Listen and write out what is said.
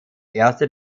erste